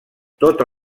tota